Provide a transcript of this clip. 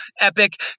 epic